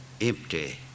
empty